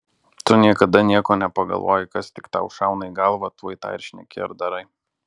tu niekada nieko nepagalvoji kas tik tau šauna į galvą tuoj tą ir šneki ar darai